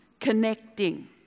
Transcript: connecting